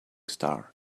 star